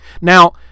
Now